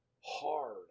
hard